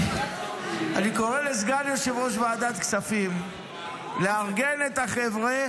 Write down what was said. אני קורא לסגן יושב-ראש ועדת כספים לארגן את החבר'ה